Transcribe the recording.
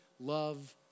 love